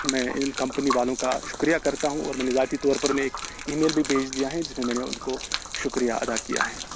میں ان کمپنی والوں کا شکریہ کرتا ہوں اور میں نے ذاتی طور پر ایک ای میل بھی بھیج دیا ہے جنہیں میں نے ان کو شکریہ ادا کیا ہے